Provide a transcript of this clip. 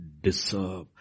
deserve